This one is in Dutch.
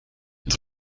het